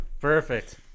Perfect